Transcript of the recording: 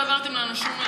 לא העברתם לנו שום מסמך.